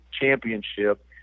championship